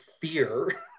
fear